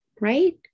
right